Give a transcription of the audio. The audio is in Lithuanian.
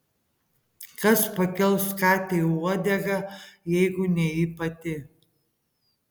kas pakels katei uodegą jeigu ne ji pati